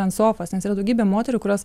ant sofos nes yra daugybė moterų kurios